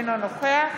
אינו נוכח